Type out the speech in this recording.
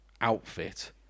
outfit